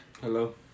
Hello